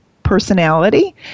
personality